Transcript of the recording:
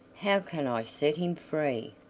how can i set him free?